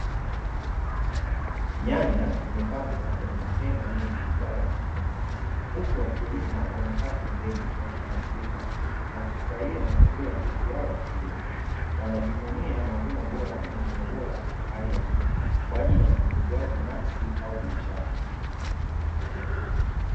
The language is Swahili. Nyanya zimepangwa kwenye matenga mengi baada ya kuvunwa, huku wakulima wamekaa pembeni wakipumzika na kufurahia matokeo ya kazi yao ya kilimo. Wanajivunia mavuno bora na yenye ubora wa hali ya juu, kwa ajili ya matumizi yao binafsi au biashara.